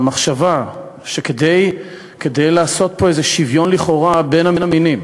המחשבה שכדי לעשות פה איזה שוויון לכאורה בין המינים,